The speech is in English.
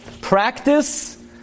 practice